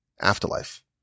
afterlife